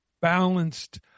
balanced